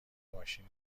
ماشین